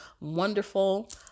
wonderful